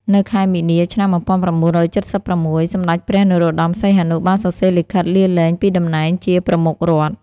នៅខែមីនា ឆ្នាំ១៩៧៦ សម្តេចព្រះ នរោត្តម សីហនុ បានសរសេរលិខិតលាលែងពីតំណែងជា «ប្រមុខរដ្ឋ»។